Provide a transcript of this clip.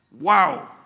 Wow